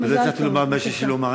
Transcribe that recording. ולא הספקתי לומר מה שיש לי לומר.